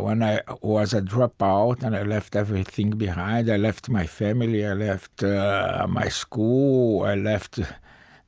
when i was a drop-out, and i left everything behind i left my family. i left my school. i left